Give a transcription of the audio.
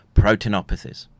proteinopathies